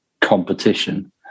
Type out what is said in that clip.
competition